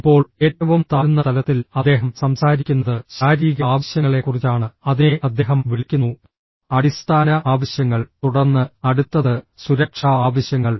ഇപ്പോൾ ഏറ്റവും താഴ്ന്ന തലത്തിൽ അദ്ദേഹം സംസാരിക്കുന്നത് ശാരീരിക ആവശ്യങ്ങളെക്കുറിച്ചാണ് അതിനെ അദ്ദേഹം വിളിക്കുന്നു അടിസ്ഥാന ആവശ്യങ്ങൾ തുടർന്ന് അടുത്തത് സുരക്ഷാ ആവശ്യങ്ങൾ